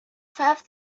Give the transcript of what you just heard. five